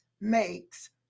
makes